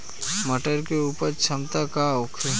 मटर के उपज क्षमता का होखे?